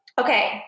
okay